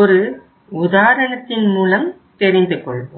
ஒரு உதாரணத்தின் மூலம் தெரிந்து கொள்வோம்